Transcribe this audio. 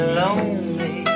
lonely